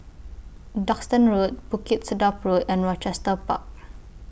Duxton Road Bukit Sedap Road and Rochester Park